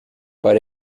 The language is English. but